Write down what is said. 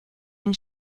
une